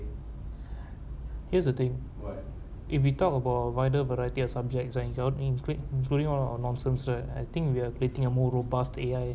here's the thing if we talk about wider variety of subjects right including all our nonsense right I think we are creating a more robust A_I